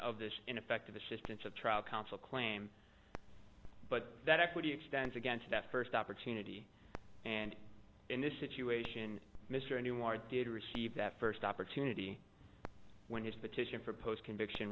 of this ineffective assistance of trial counsel claim but that equity extent against efforts opportunity and in this situation mr anywhere did receive that first opportunity when his petition for post conviction